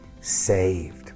saved